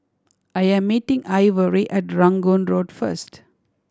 I am meeting Ivory at Rangoon Road first